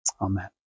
Amen